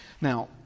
Now